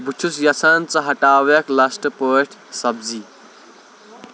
بہٕ چُھس یژھان ژٕ ہٹاوکھ لسٹہٕ پیٹھ سبزی